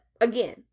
again